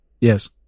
Yes